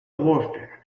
warfare